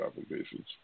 applications